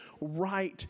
right